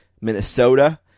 Minnesota